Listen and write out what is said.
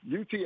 UT